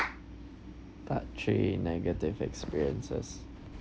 part three negative experiences